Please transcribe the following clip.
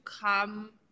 come